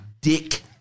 Dick